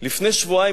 לפני שבועיים,